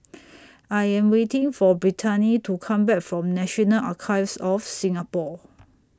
I Am waiting For Brittani to Come Back from National Archives of Singapore